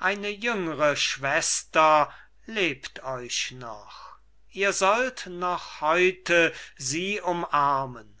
eine jüngre schwester lebt euch noch ihr sollt noch heute sie umarmen